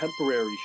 temporary